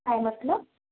काय म्हटलं